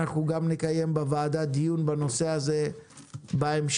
אנחנו גם נקיים בוועדה דיון בנושא הזה בהמשך.